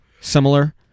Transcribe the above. Similar